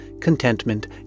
contentment